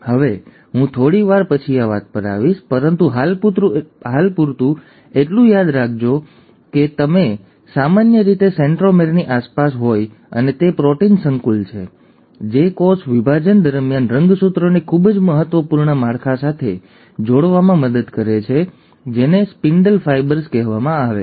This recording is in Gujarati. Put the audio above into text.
હવે હું થોડી વાર પછી આ વાત પર આવીશ પરંતુ હાલ પૂરતું એટલું યાદ રાખજો કે તે સામાન્ય રીતે સેન્ટ્રોમેરની આસપાસ હોય છે અને તે પ્રોટીન સંકુલ છે જે કોષ વિભાજન દરમિયાન રંગસૂત્રોને ખૂબ જ મહત્વપૂર્ણ માળખા સાથે જોડવામાં મદદ કરે છે જેને સ્પિન્ડલ ફાઇબર્સ કહેવામાં આવે છે